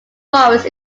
forest